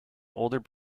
older